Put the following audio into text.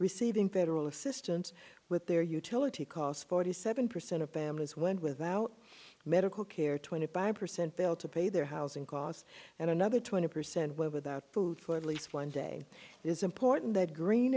receiving federal assistance with their utility costs forty seven percent of families went without medical care twenty five percent failed to pay their housing costs and another twenty percent were without food for at least one day is important that green